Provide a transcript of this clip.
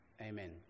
Amen